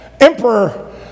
Emperor